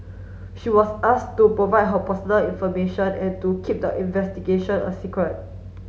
she was ask to provide her personal information and to keep the investigation a secret